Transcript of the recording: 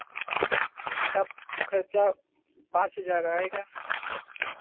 उसका खर्चा पाँच हज़ार आएगा